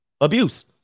abuse